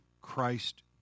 Christ